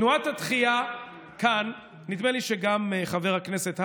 תנועת התחיה כאן, נדמה לי שגם חבר הכנסת האוזר,